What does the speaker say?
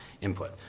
input